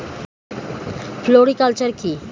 Floriculture কি?